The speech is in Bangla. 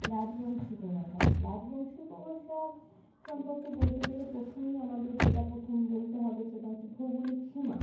রাজবংশী উপবাষা রাজবংশী উপভাষা সম্পর্কে বলতে গেলে প্রথমেই আমাদের যেটা প্রথম বলতে হবে সেটা হচ্ছে ভৌগোলিক সীমা